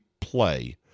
play